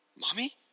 Mommy